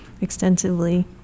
extensively